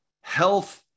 health